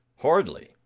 Hardly